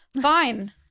Fine